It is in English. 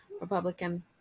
Republican